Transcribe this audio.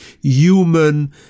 human